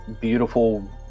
beautiful